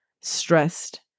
stressed